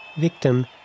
Victim